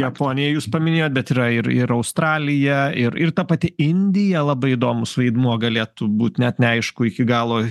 japoniją jūs paminėjot bet yra ir ir australija ir ir ta pati indija labai įdomus vaidmuo galėtų būt net neaišku iki galo